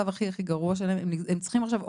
אבל אני לא יודע לענות --- התשובה האם הם צריכים להגיש שוב